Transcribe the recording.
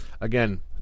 Again